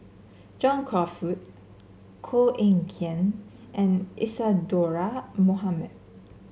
John Crawfurd Koh Eng Kian and Isadhora Mohamed